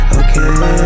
okay